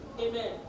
Amen